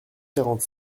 quarante